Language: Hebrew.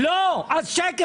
אז שקר.